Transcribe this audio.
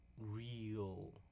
real